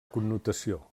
connotació